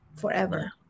forever